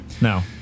no